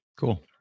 Cool